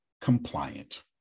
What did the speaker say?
compliant